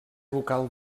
vocal